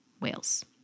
Whales